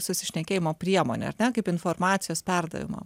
susišnekėjimo priemonė ar ne kaip informacijos perdavimo